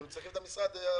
כי הם צריכים את משרד האוצר.